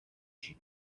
she